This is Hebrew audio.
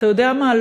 אתה יודע מה?